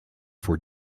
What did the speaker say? for